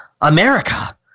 America